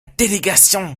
délégation